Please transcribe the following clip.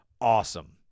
awesome